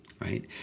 right